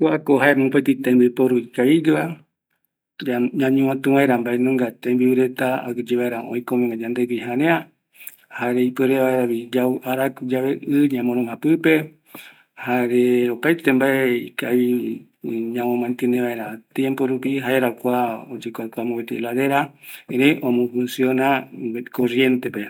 Kuako jae mopetɨ tembiporu ikavi gueva, ñañovatu vaera maendunga tembiureta aguiye vaera oikomegua yandegui jarea ipuerevaera araku yave ɨ ñamoroija pɨpe, jare ikavi mbae ñamomantiene vaera ikavirupi, jaera oyekua kua heladera, jaere oparavɨkɨ corrientepe